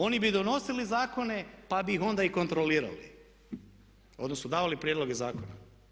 Oni bi donosili zakone pa bi ih onda i kontrolirali, odnosno davali prijedloge zakona.